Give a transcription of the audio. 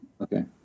Okay